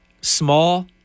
Small